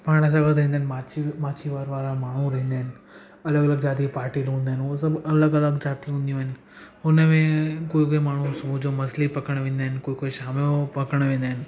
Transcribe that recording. पाण त वधाईंदा आहिनि माछी माछीवर वारा माण्हू रहंदा आहिनि अलॻि अलॻि ज़ाति पाटिल हूंदा इन उअ सब अलॻि अलॻि ज़ाति हूंदियूं आहिनि हुन में कोई कोई माण्हू सुबुह जो मछली पकिड़णु वेंदा आहिनि कोई कोई शाम जो पकिड़णु वेंदा आहिनि